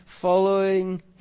following